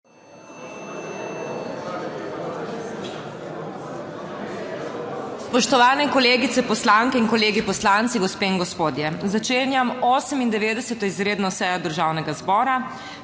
Spoštovani kolegice poslanke in kolegi poslanci, gospe in gospodje! Začenjam 98. izredno sejo Državnega zbora,